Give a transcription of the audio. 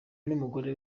n’umugore